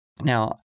Now